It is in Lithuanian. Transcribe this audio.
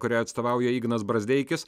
kuriai atstovauja ignas brazdeikis